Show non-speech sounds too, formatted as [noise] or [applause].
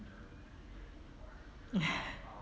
[laughs]